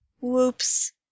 Whoops